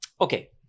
Okay